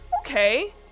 okay